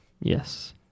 Yes